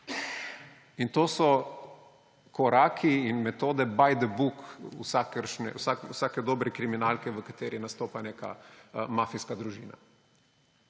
In to so koraki in metode by the book vsake dobre kriminalke, v kateri nastopa neka mafijska družina.